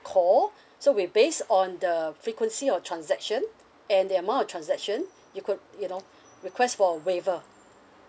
call so we based on the frequency of transaction and the amount of transaction you could you know request for a waiver